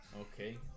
Okay